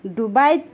ডুবাইত